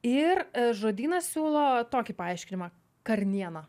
ir žodynas siūlo tokį paaiškinimą karniena